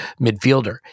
midfielder